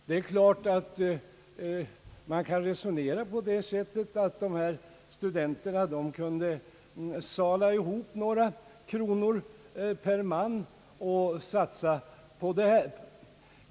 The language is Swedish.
Det är klart att man kan resonera på det sättet att studenterna kan sala ihop några kronor per man och satsa på idrotten.